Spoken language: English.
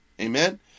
Amen